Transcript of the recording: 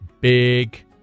big